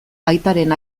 aitaren